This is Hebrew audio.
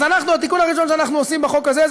אז התיקון הראשון שאנחנו עושים בחוק הזה הוא